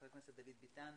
חבר הכנסת דוד ביטן,